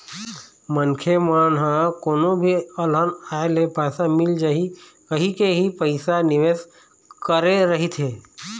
मनखे मन ह कोनो भी अलहन आए ले पइसा मिल जाए कहिके ही पइसा निवेस करे रहिथे